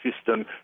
system